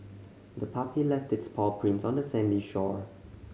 the puppy left its paw prints on the sandy shore